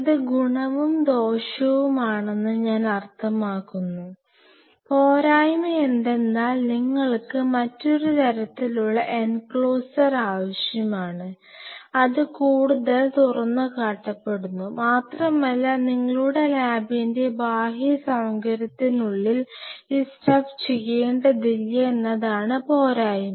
ഇത് ഗുണവും ദോഷവുമാണെന്ന് ഞാൻ അർത്ഥമാക്കുന്നു പോരായ്മ എന്തെന്നാൽ നിങ്ങൾക്ക് മറ്റൊരു തരത്തിലുള്ള എൻക്ലോസർ ആവശ്യമാണ് അത് കൂടുതൽ തുറന്നുകാട്ടപ്പെടുന്നു മാത്രമല്ല നിങ്ങളുടെ ലാബിന്റെ ബാഹ്യ സൌകര്യത്തിനുള്ളിൽ ഈ സ്റ്റഫ് ചെയ്യേണ്ടതില്ല എന്നതാണ് പോരായ്മ